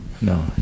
No